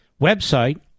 website